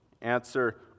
Answer